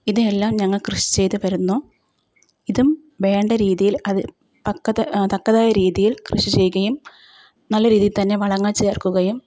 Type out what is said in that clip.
ഇത് എല്ലാം ഞങ്ങൾ കൃഷി ചെയ്ത് വരുന്നു ഇതും വേണ്ട രീതിയിൽ അത് തക്കത് തക്കതായ രീതിയിൽ കൃഷി ചെയ്യുകയും നല്ല രീതിയിൽ തന്നെ വളങ്ങൾ ചേർക്കുകയും